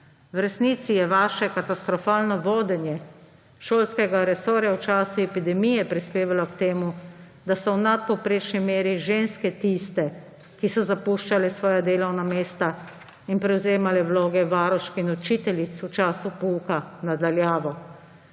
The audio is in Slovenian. V resnici je vaše katastrofalno vodenje šolskega resorja v času epidemije prispevalo k temu, da so v nadpovprečni meri ženske tiste, ki so zapuščale svoja delovna mesta in prevzemale vloge varušk in učiteljic v času pouka na daljavo,